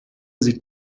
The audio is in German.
sieht